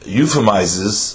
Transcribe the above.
euphemizes